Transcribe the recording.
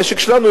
המשק שלנו,